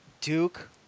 Duke